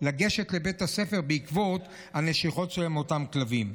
לגשת לבית הספר בעקבות הנשיכות של אותם כלבים.